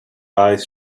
eyes